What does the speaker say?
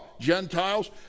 Gentiles